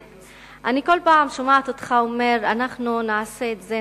אני כל פעם שומעת אותך אומר: אנחנו נעשה את זה,